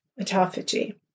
autophagy